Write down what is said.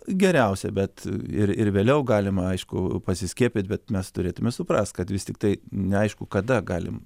geriausia bet ir ir vėliau galima aišku pasiskiepyt bet mes turėtume suprast kad vis tiktai neaišku kada galim